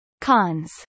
Cons